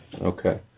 Okay